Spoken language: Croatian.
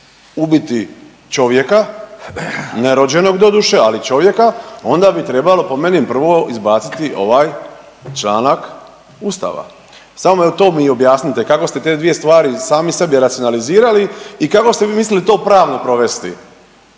ubiti čovjeka, nerođenog doduše, ali čovjeka onda bi trebalo po meni prvo izbaciti ovaj članak Ustava. Samo evo to mi objasnite kako ste te dvije stvari sami sebi racionalizirali i kako ste vi mislili to pravno provesti